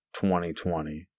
2020